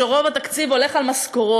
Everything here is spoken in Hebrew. שרוב תקציבו הולך על משכורות,